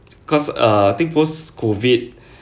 because err I think post COVID